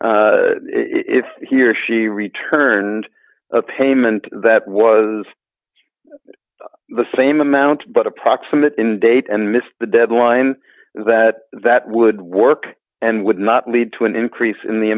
if he or she returned a payment that was the same amount but approximate date and missed the deadline that that would work and would not lead to an increase in the